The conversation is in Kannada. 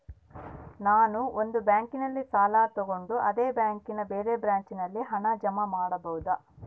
ನಾನು ಒಂದು ಬ್ಯಾಂಕಿನಲ್ಲಿ ಸಾಲ ತಗೊಂಡು ಅದೇ ಬ್ಯಾಂಕಿನ ಬೇರೆ ಬ್ರಾಂಚಿನಲ್ಲಿ ಹಣ ಜಮಾ ಮಾಡಬೋದ?